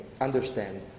understand